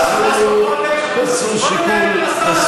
בוא נקיים את המשא ומתן עכשיו.